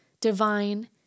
divine